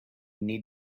need